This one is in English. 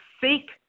seek